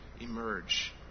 Emerge